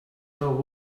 now